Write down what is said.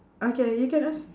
okay you can ask